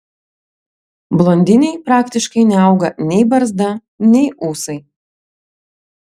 blondinei praktiškai neauga nei barzda nei ūsai